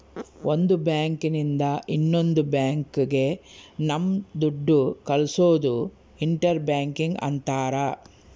ಒಂದ್ ಬ್ಯಾಂಕ್ ಇಂದ ಇನ್ನೊಂದ್ ಬ್ಯಾಂಕ್ ಗೆ ನಮ್ ದುಡ್ಡು ಕಳ್ಸೋದು ಇಂಟರ್ ಬ್ಯಾಂಕಿಂಗ್ ಅಂತಾರ